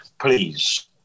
please